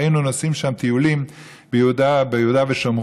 שהיינו נוסעים שם ומטיילים ביהודה ושומרון,